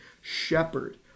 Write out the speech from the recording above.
shepherd